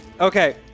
Okay